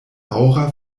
aura